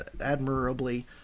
admirably